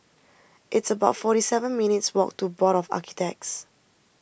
it's about forty seven minutes' walk to Board of Architects